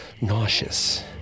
nauseous